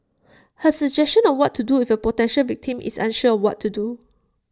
her suggestion on what to do if A potential victim is unsure of what to do